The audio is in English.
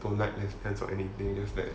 don't like to express or anything just that